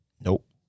Nope